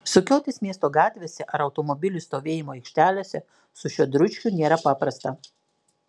sukiotis miesto gatvėse ar automobilių stovėjimo aikštelėse su šiuo dručkiu nėra paprasta